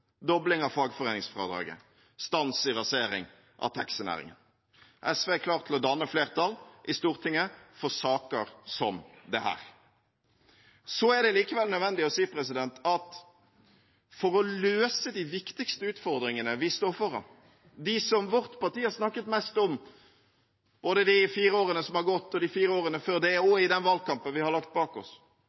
dobling av fagforeningsfradraget, stans i rasering av taxinæringen. SV er klar til å danne flertall i Stortinget for saker som dette. Likevel er det nødvendig å si at for å løse de viktigste utfordringene vi står foran – de som vårt parti har snakket mest om, både i de fire årene som er gått, i de fire årene før det og i den valgkampen vi har lagt bak oss,